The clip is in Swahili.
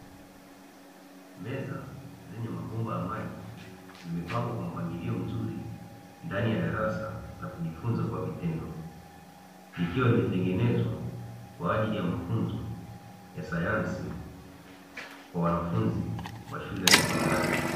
Meza zenye mabomba ya maji zimepangwa kwa mpangilio mzuri ndani ya darasa la kujifunza kwa vitendo ikiwa imetengenezwa, kwa ajili ya mafunzo ya sayansi kwa wanafunzi wa shule ya sekondari.